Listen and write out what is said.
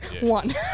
One